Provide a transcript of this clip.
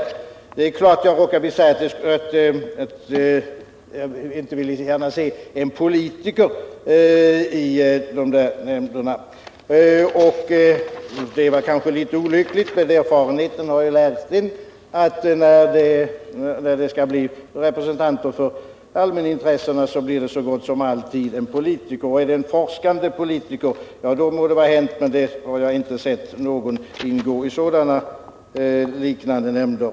Jag råkade visst säga att jag inte gärna vill se en politiker i nämnderna. Det var kanske litet olyckligt uttryckt, men erfarenheten har lärt mig att det så gott som alltid blir en politiker som representant för allmänintressena. Är det en forskande politiker må det vara hänt, men jag har ännu inte sett någon sådan ingå i liknande nämnder.